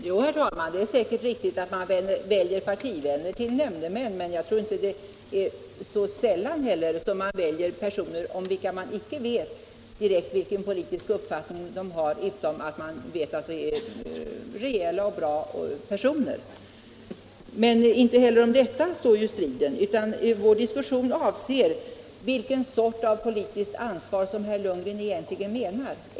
Herr talman! Jo, det är säkert riktigt att man väljer partivänner till nämndemän, men jag tror inte heller det är så sällsynt att man väljer personer om vilka man inte direkt vet vilken politisk uppfattning de har utom att man vet att de är rejäla och bra personer. Inte heller om detta står emellertid striden, utan vår diskussion avser vilket slag av politiskt ansvar som herr Lundgren egentligen menar.